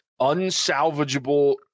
unsalvageable